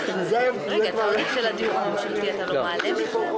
עודד פורר ואחמד טיבי הסירו את הרוויזיה ואני נועל את הישיבה.